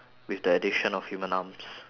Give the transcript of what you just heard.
with the addition of human arms